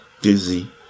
dizzy